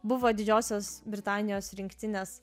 buvo didžiosios britanijos rinktinės